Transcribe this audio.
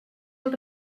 del